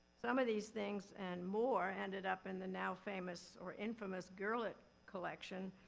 some of these things, and more, ended up in the now famous, or infamous, gurlitt collection,